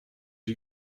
you